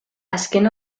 azken